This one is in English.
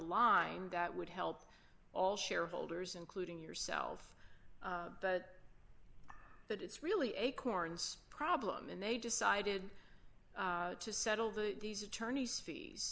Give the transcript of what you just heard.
line that would help all shareholders including yourself but that it's really acorn's problem and they decided to settle the these attorneys fees